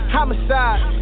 Homicide